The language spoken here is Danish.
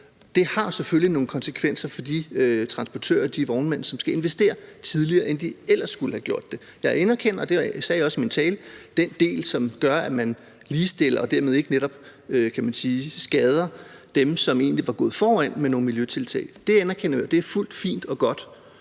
Det har selvfølgelig nogle konsekvenser for de transportører, de vognmænd, som skal investere tidligere, end de ellers skulle have gjort det. Jeg anerkender, og det sagde jeg også i min tale, den del, som gør, at man ligestiller og dermed netop ikke skader dem, der var gået foran med nogle miljøtiltag. Det anerkender vi, og det er fint og godt.